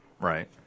Right